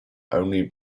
only